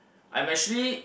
I'm actually